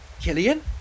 Killian